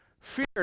Fear